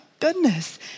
Goodness